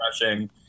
crushing